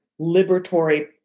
liberatory